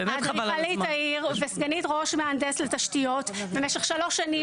אדריכלית העיר וסגנית ראש מהנדס לתשתיות במשך שלוש שנים,